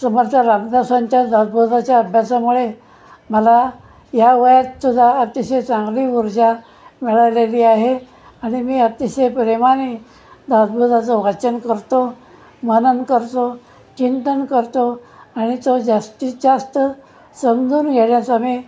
समर्थ रामदासांच्या दाजबोधाच्या अभ्यासामुळे मला या वयातसुद्धा अतिशय चांगली ऊर्जा मिळालेली आहे आणि मी अतिशय प्रेमाने दासबोधाचं वाचन करतो मनन करतो चिंतन करतो आणि तो जास्तीत जास्त समजून घेण्याचा मी